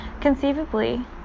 Conceivably